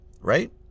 right